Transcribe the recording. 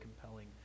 compelling